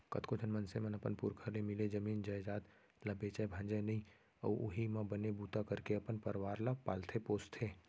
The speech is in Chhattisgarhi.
कतको झन मनसे मन अपन पुरखा ले मिले जमीन जयजाद ल बेचय भांजय नइ अउ उहीं म बने बूता करके अपन परवार ल पालथे पोसथे